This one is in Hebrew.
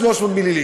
300 מיליליטר,